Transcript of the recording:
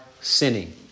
sinning